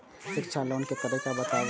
शिक्षा लोन के तरीका बताबू?